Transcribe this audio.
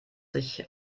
sich